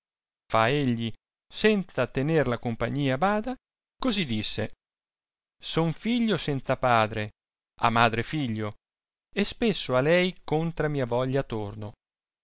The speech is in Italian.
fa egli senza tener la compagnia a bada così disse son figlio senza padre a madre figlio e spesso a lei contra mia veglia torno